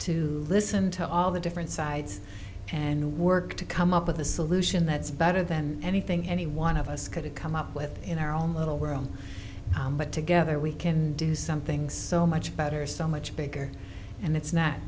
to listen to all the different sides and work to come up with a solution that's better than anything any one of us could come up with in our own little world but together we can do something so much better so much bigger and it's not